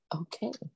okay